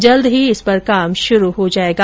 जल्द ही इस पर काम शुरू हो जायेगा